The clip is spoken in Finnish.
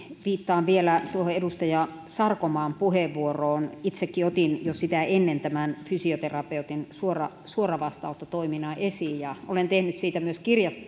viittaan vielä tuohon edustaja sarkomaan puheenvuoroon itsekin otin jo sitä ennen tämän fysioterapeutin suoravastaanottotoiminnan esiin ja olen tehnyt siitä myös